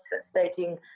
stating